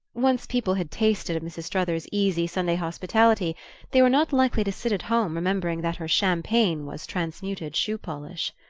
once people had tasted of mrs. struthers's easy sunday hospitality they were not likely to sit at home remembering that her champagne was transmuted shoe-polish.